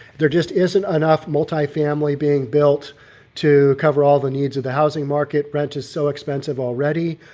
there just isn't enough multifamily being built to cover all the needs of the housing market rent is so expensive already,